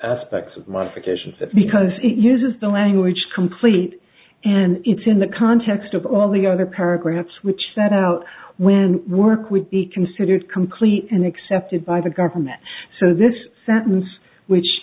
occasions because it uses the language complete and it's in the context of all the other paragraphs which set out when work would be considered complete and accepted by the government so this sentence